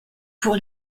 pour